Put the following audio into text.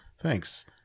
Thanks